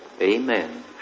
Amen